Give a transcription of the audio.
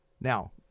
now